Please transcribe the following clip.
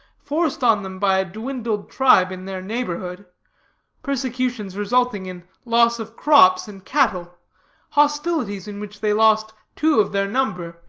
forced on them by a dwindled tribe in their neighborhood persecutions resulting in loss of crops and cattle hostilities in which they lost two of their number,